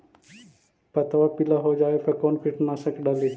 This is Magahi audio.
पतबा पिला हो जाबे पर कौन कीटनाशक डाली?